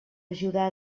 ajudar